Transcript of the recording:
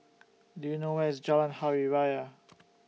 Do YOU know Where IS Jalan Hari Raya